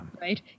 Right